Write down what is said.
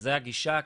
וזו הגישה,